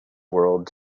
world